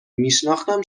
میشناختم